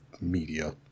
media